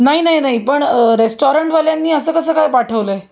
नाही नाही नाही पण रेस्टॉरंटवाल्यांनी असं कसं काय पाठवलं आहे